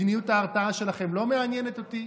מדיניות ההרתעה שלכם לא מעניינת אותי.